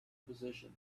position